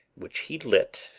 which he lit,